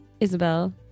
isabel